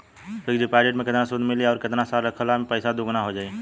Fix deposit मे केतना सूद मिली आउर केतना साल रखला मे पैसा दोगुना हो जायी?